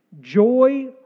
Joy